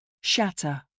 Shatter